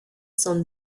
son